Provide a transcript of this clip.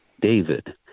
David